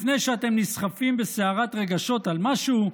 לפני שאתם נסחפים בסערת רגשות על משהו,